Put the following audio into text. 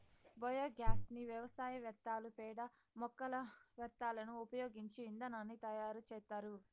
biogas ని వ్యవసాయ వ్యర్థాలు, పేడ, మొక్కల వ్యర్థాలను ఉపయోగించి ఇంధనాన్ని తయారు చేత్తారు